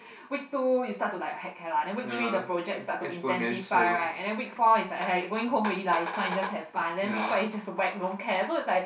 week two you start to like heck care lah then week three the project starts to intensify right and then week four is like going home already lah it's fine just have fun then week five is just like whack don't care so is like